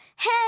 Hey